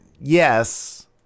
yes